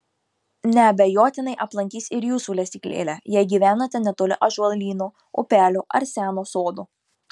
neabejotinai aplankys ir jūsų lesyklėlę jei gyvenate netoli ąžuolyno upelio ar seno sodo